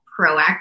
proactive